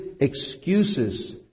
excuses